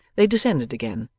they descended again,